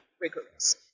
rigorous